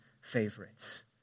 favorites